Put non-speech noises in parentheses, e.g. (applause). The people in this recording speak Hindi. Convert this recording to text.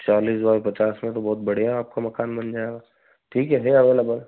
चालीस बाय पचास में तो बहुत बढ़िया आपका मकान बन जाएगा ठीक है (unintelligible)